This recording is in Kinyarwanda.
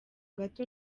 gato